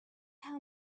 how